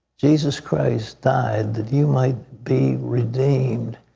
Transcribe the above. jesus christ died that you might be redeemed.